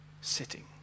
sitting